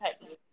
type